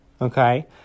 okay